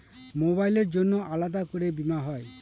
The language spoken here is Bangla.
মোবাইলের জন্য আলাদা করে বীমা হয়?